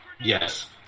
Yes